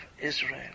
Israel